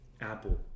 Apple